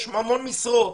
יש המון משרות